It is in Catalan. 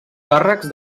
càrrecs